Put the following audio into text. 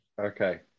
Okay